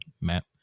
Matt